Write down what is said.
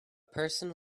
person